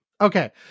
Okay